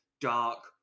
dark